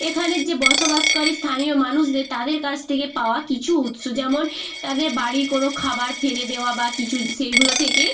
এখানের যে বসবাসকারী স্থানীয় মানুষদের তাদের কাছ থেকে পাওয়া কিছু উৎস যেমন তাদের বাড়ির কোনো খাবার ফেলে দেওয়া বা কিছু সেইগুলো থেকে